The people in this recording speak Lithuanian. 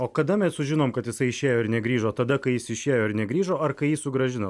o kada mes sužinom kad jisai išėjo ir negrįžo tada kai jis išėjo ir negrįžo ar kai jį sugrąžino